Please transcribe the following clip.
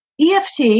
EFT